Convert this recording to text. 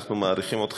אנחנו מעריכים אתכם,